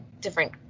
different